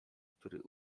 który